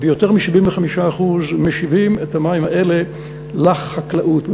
ויותר מ-75% מהמים האלה משיבים לחקלאות.